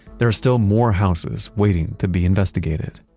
there are still more houses waiting to be investigated.